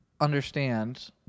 understand